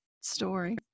story